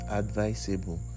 advisable